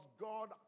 God